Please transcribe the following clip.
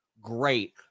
great